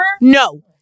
No